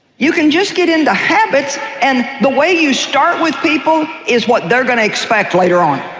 you can just get into habits and the way you start with people is what they're going to expect later on,